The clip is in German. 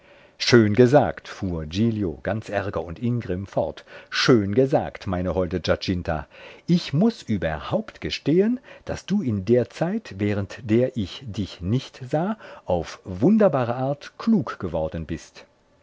schön gesagt fuhr giglio ganz arger und ingrimm fort schön gesagt meine holde giacinta ich muß überhaupt gestehen daß du in der zeit während der ich dich nicht sah auf wunderbare art klug geworden bist